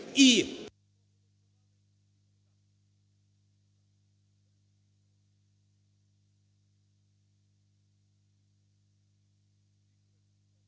Дякую.